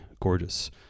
gorgeous